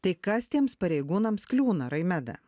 tai kas tiems pareigūnams kliūna raimeda